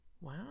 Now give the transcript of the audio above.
wow